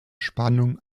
spannung